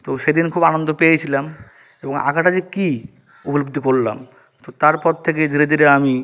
তো সেদিন খুব আনন্দ পেয়েছিলাম এবং আঁকাটা যে কী উপলব্ধি করলাম তো তার পর থেকেই ধীরে ধীরে আমি